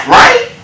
right